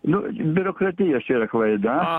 nu biurokratijos yra klaida